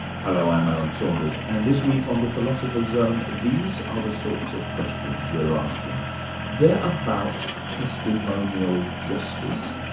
hello, i'm alan saunders and this week on the philosopher's zone, these are the sorts of questions we're asking they're about testimonial justice,